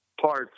parts